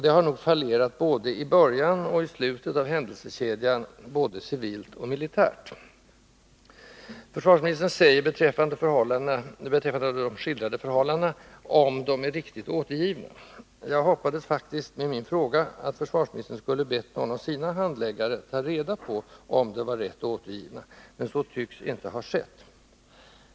Det har nog fallerat både i början och i slutet av händelsekedjan, såväl civilt som militärt. Beträffande de skildrade förhållandena använder försvarsministern uttrycket ”ifall de är riktigt återgivna”. Jag hoppades faktiskt att min fråga skulle föranleda försvarsministern att be någon av sina handläggare ta reda på om förhållandena var rätt återgivna. Så tycks inte ha skett.